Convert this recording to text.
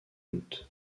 d’août